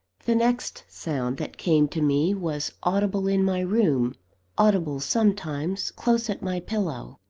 the next sound that came to me was audible in my room audible sometimes, close at my pillow.